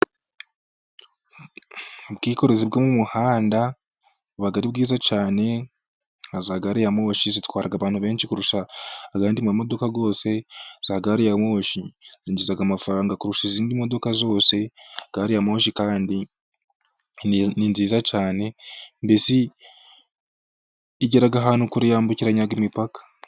Ubwikorezi bwo mu muhanda buba ari bwiza cyane, nka za gariyamoshi zitwara abantu benshi kurusha andi mamodoka yose, za gariyamoshi zinjiza amafaranga kurusha izindi modoka zose. Gariyamoshi kandi ni nziza cyane mbese igera ahantu kure yambukiranya imipaka.